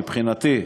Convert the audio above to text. מבחינתי,